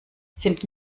sind